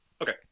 Okay